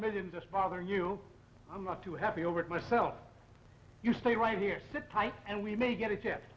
million just bother you i'm not too happy over it myself you stay right here sit tight and we may get a chance